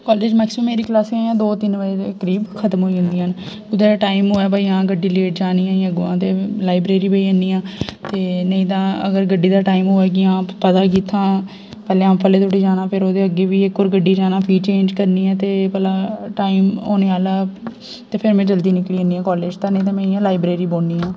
college maximum मेरी क्लासां जि'यां दो तीन बजे दे करीब खतम होई जंदियां न कुतै टाइम होऐ भाई आं गड्डी लेट जानी ऐ इ'यां अग्गू दा ते लाइब्रेरी बे'ई जन्नी आं ते नेईं तां अगर गड्डी दा टाइम होऐ कि आं पता की इत्थुयां पैह्ले अम्फ्लै धोड़ी जाना ते फेर ओह्दे अग्गें बी इक होर गड्डी जाना फ्ही चेंज करनी ऐ ते भलां टाइम होने आह्ला ते फिर में जल्दी निकली जन्नी आं कालेज तां ते नेईं तां इ'यां में लाइब्रेरी बौह्नी आं